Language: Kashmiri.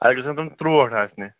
اَسہِ گَژھَن تِم ترٛوٹ آسنہِ